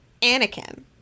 anakin